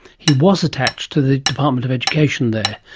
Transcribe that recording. he was attached to the department of education there.